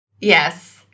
Yes